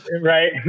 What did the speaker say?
Right